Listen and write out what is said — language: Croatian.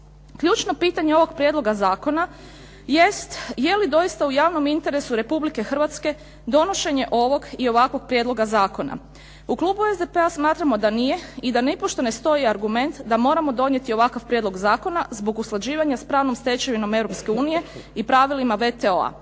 Ključno pitanje ovog prijedloga zakona jest je li doista u javnom interesu Republike Hrvatske donošenje ovog i ovakvog prijedloga zakona. U klubu SDP-a smatramo da nije i da nipošto ne stoji argument da moramo donijeti ovakav prijedlog zakona zbog usklađivanja s pravnom stečevinom Europske unije i pravilima WTO-a.